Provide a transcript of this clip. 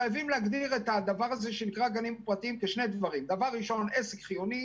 חייבים להגדיר את הדבר הזה שנקרא גנים פרטיים כעסק חיוני